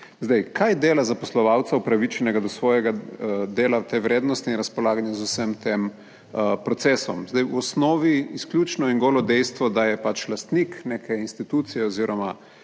Zdaj, kaj dela zaposlovalca upravičenega do svojega dela te vrednosti in razpolaganja z vsem tem procesom. Zdaj v osnovi izključno in golo dejstvo, da je pač lastnik neke institucije oziroma